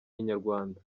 inyarwanda